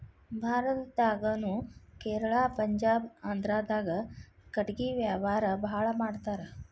ಭಾರತದಾಗುನು ಕೇರಳಾ ಪಂಜಾಬ ಆಂದ್ರಾದಾಗ ಕಟಗಿ ವ್ಯಾವಾರಾ ಬಾಳ ಮಾಡತಾರ